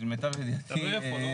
למיטב ידיעתי --- לא,